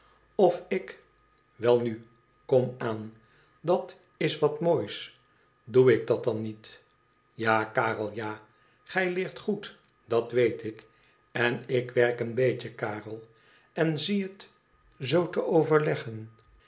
of ik welnu kom aan dat s wat moois doe ik dat dan niet ja karel ja gij leert goed dat weet ik n ik werk een beetje karel en zie het zoo te overleggen